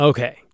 Okay